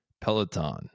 Peloton